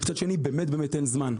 מצד שני באמת באמת אין זמן.